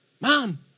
mom